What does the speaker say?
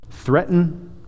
Threaten